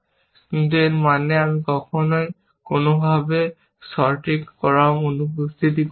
কিন্তু এর মানে আমি কোনোভাবে সঠিক ক্রম অনুপস্থিত করছি